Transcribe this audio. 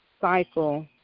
cycle